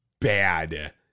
bad